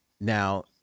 Now